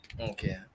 okay